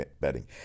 betting